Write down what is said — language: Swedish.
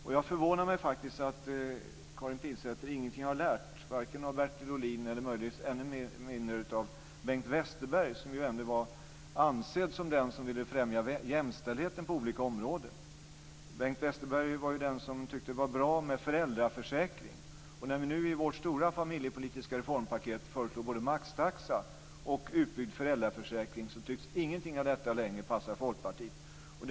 Det förvånar mig faktiskt att Karin Pilsäter ingenting har lärt av Bertil Ohlin, och möjligtvis ännu mindre av Bengt Westerberg. Han var ändå ansedd som den som ville främja jämställdheten på olika områden. Bengt Westerberg var den som tyckte det var bra med föräldraförsäkring. När vi i vårt stora familjepolitiska reformpaket föreslår både maxtaxa och utbyggd föräldraförsäkring tycks ingenting av detta längre passa Folkpartiet.